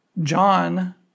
John